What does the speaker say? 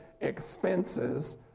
expenses